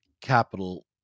capital